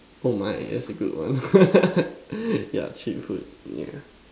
oh my that's a good one ya cheap food ya